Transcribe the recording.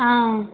ஆ